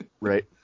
Right